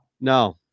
No